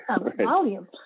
volume